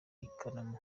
ikaramu